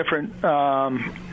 different